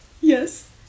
Yes